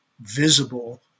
visible